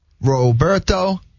Roberto